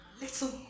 Little